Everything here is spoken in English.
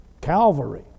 Calvary